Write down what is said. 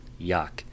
Yuck